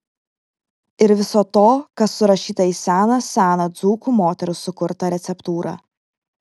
ir viso to kas surašyta į seną seną dzūkų moterų sukurtą receptūrą